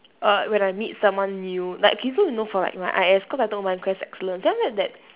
err when I meet someone new like okay so you know for like my eyes cause I told my I'm wearing lenses then after that that